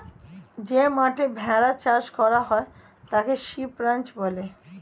যে মাঠে ভেড়া চাষ করা হয় তাকে শিপ রাঞ্চ বলে